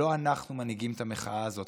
לא אנחנו מנהיגים את המחאה הזאת.